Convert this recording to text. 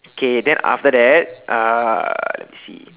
okay then after that uh let me see